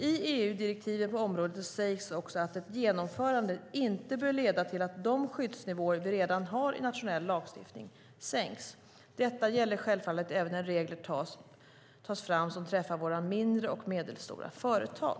I EU-direktiven på området sägs också att ett genomförande inte bör leda till att de skyddsnivåer vi redan har i nationell lagstiftning sänks. Detta gäller självfallet även när regler tas fram som träffar våra mindre och medelstora företag.